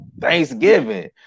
Thanksgiving